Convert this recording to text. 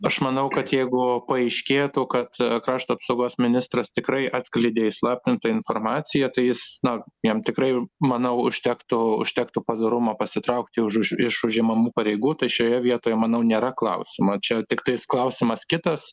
aš manau kad jeigu paaiškėtų kad krašto apsaugos ministras tikrai atskleidė įslaptintą informaciją tai jis na jam tikrai manau užtektų užtektų padorumo pasitraukti už už iš užimamų pareigų tad šioje vietoje manau nėra klausimo čia tiktai klausimas kitas